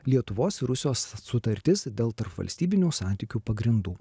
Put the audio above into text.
lietuvos ir rusijos sutartis dėl tarpvalstybinių santykių pagrindų